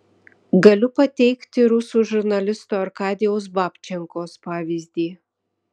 galiu pateikti rusų žurnalisto arkadijaus babčenkos pavyzdį